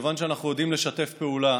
מכיוון שאנחנו יודעים לשתף פעולה